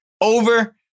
Over